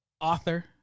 author